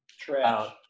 trash